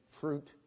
fruit